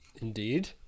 Indeed